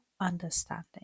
understanding